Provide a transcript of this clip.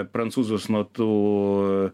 prancūzus nuo tų